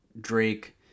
Drake